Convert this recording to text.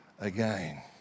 again